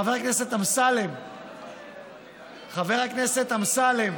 חבר הכנסת אמסלם, חבר הכנסת אמסלם,